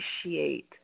appreciate